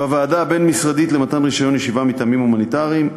בוועדה הבין-משרדית למתן רישיון ישיבה מטעמים הומניטריים,